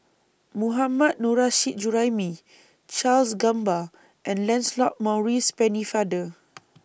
Mohammad Nurrasyid Juraimi Charles Gamba and Lancelot Maurice Pennefather